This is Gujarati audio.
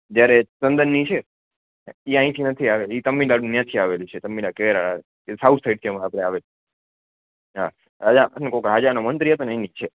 જ્યારે ચંદનની છેના એ અહીંથી નથી આવેલી તમિલનાડુ ન્યાથી આવેલી છે તમીના કેરળ સાઉથ સાઇડથી આમ આપે આવેલ હા હાંજા અને કોક રાજાનો મંત્રી હતો ને એની છે